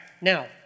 now